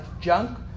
junk